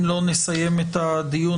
אם לא נסיים את הדיון,